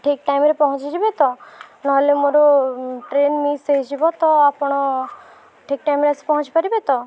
ଠିକ୍ ଟାଇମରେ ପହଞ୍ଚି ଯିବେ ତ ନହେଲେ ମୋର ଟ୍ରେନ୍ ମିସ୍ ହେଇଯିବ ତ ଆପଣ ଠିକ୍ ଟାଇମରେ ଆସି ପହଞ୍ଚି ପାରିବେ ତ